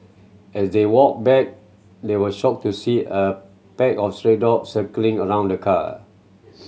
as they walk back they were shocked to see a pack of stray dogs circling around the car